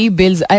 bills